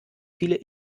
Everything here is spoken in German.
viele